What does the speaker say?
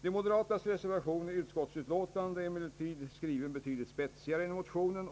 De moderatas särskilda yttrande i utskottsutlåtandet är emellertid skrivet betydligt spetsigare än motionen.